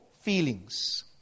feelings